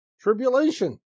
tribulation